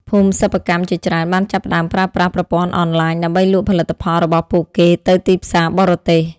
ភូមិសិប្បកម្មជាច្រើនបានចាប់ផ្តើមប្រើប្រាស់ ប្រព័ន្ធអនឡាញ ដើម្បីលក់ផលិតផលរបស់ពួកគេទៅទីផ្សារបរទេស។